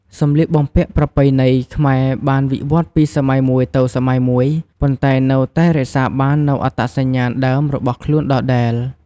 សម្លៀកបំពាក់ប្រពៃណីខ្មែរបានវិវត្តន៍ពីសម័យមួយទៅសម័យមួយ ប៉ុន្តែនៅតែរក្សាបាននូវអត្តសញ្ញាណដើមរបស់ខ្លួនដដែល។